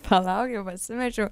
palauk jau pasimečiau